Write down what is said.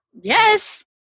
yes